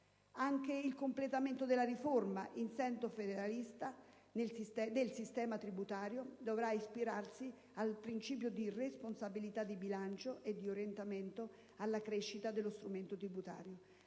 Anche il completamento della riforma in senso federalista del sistema tributario dovrà ispirarsi al principio di responsabilità di bilancio e di orientamento alla crescita dello strumento tributario,